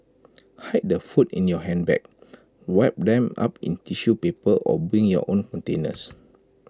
hide the food in your handbag wrap them up in tissue paper or bring your own containers